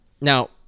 Now